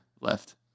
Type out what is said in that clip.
left